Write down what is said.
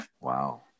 Wow